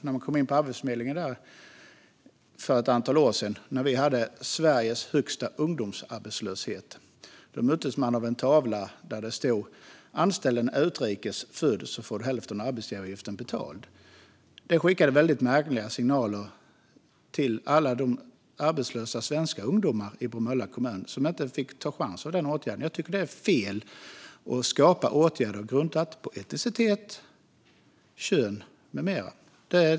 När man kom in på Arbetsförmedlingen där för ett antal år sedan, när vi hade Sveriges högsta ungdomsarbetslöshet, möttes man av en tavla där det stod ungefär så här: Anställ en utrikes född och få hälften av arbetsgivaravgiften betald! Det skickade väldigt märkliga signaler till alla de arbetslösa svenska ungdomar i Bromölla kommun som inte fick chansen att ta del av den åtgärden. Jag tycker att det är fel att skapa åtgärder grundade på etnicitet, kön med mera.